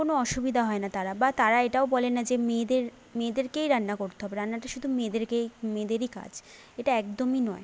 কোনো অসুবিধা হয় না তারা বা তারা এটাও বলে না যে মেয়েদের মেয়েদেরকেই রান্না করতে হবে রান্নাটা শুধু মেয়েদেরকেই মেয়েদেরই কাজ এটা একদমই নয়